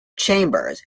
chambers